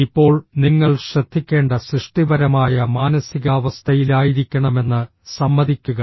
ഇപ്പോൾ നിങ്ങൾ ശ്രദ്ധിക്കേണ്ട സൃഷ്ടിപരമായ മാനസികാവസ്ഥയിലായിരിക്കണമെന്ന് സമ്മതിക്കുക